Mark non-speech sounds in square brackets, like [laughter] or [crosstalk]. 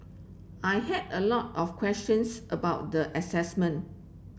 I had a lot of questions about the [unintelligible]